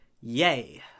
yay